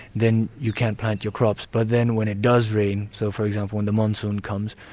then you can't plant your crops. but then when it does rain, so for example when the monsoon comes,